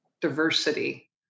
diversity